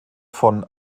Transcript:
von